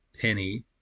Penny